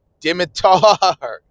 Dimitar